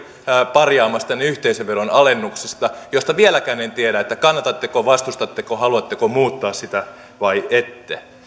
parjaamastanne yhteisöveron alennuksesta josta vieläkään en tiedä kannatatteko vastustatteko haluatteko muuttaa sitä vai ette